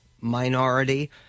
minority